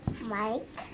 Mike